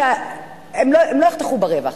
כי הם לא יחתכו ברווח,